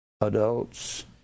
adults